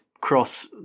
cross